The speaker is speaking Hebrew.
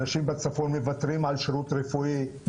אנשים בצפון מוותרים על שירות רפואי,